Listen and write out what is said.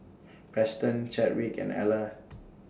Preston Chadwick and Ellar